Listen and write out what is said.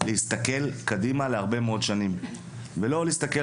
להסתכל קדימה להרבה מאוד שנים ולא להסתכל